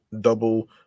double